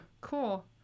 Cool